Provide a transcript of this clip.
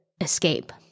escape